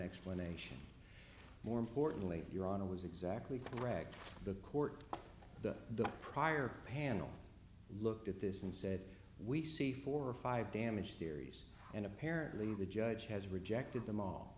explanation more importantly your honor was exactly correct the court the prior panel looked at this and said we see four or five damaged theories and apparently the judge has rejected them all